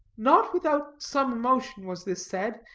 not without some emotion was this said,